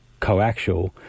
coaxial